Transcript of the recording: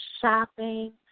shopping